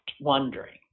wondering